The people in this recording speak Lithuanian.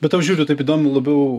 bet tau žiūriu taip įdomu labiau